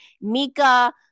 Mika